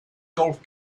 golf